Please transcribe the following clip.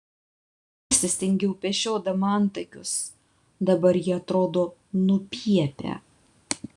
persistengiau pešiodama antakius dabar jie atrodo nupiepę